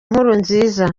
nkurunziza